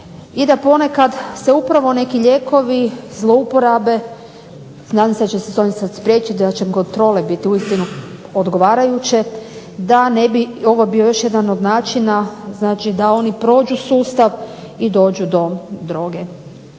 i da se ponekad upravo neki lijekovi zlouporabe. Nadam se da će se s ovim sada spriječiti da će im kontrole biti odgovarajuće da ne bi ovo bio još jedan od načina da prođu sustav i dođu do droge.